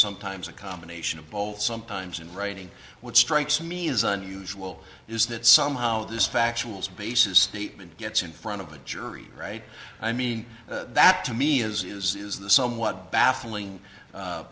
sometimes a combination of both sometimes in writing what strikes me as unusual is that somehow this factual basis statement gets in front of the jury right i mean that to me is is the somewhat baffling